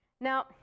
Now